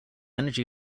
energy